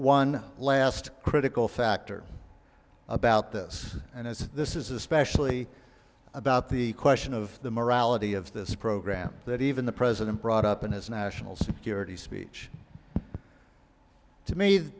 one last critical factor about this and as this is especially about the question of the morality of this program that even the president brought up in his national security speech to me